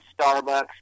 Starbucks